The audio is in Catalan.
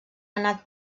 anat